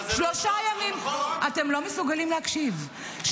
שלושה ימים ------ אתם לא מסוגלים להקשיב.